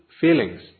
feelings